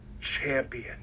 champion